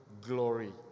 glory